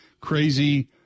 crazy